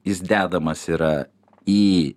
jis dedamas yra į